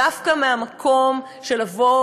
דווקא מהמקום של לבוא,